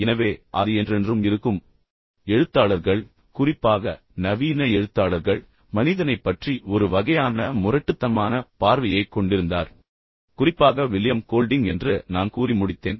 எனவே அது என்றென்றும் இருக்கும் பின்னர் எழுத்தாளர்கள் குறிப்பாக நவீன எழுத்தாளர்கள் மனிதனைப் பற்றி ஒரு வகையான முரட்டுத்தனமான பார்வையைக் கொண்டிருந்தார் குறிப்பாக வில்லியம் கோல்டிங் என்று நான் கூறி முடித்தேன்